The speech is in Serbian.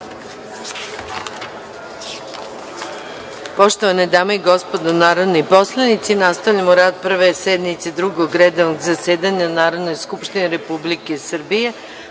Poštovane dame i gospodo narodni poslanici, nastavljamo rad Prve sednice Drugog redovnog zasedanja Narodne skupštine Republike Srbije